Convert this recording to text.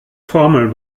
formel